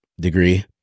degree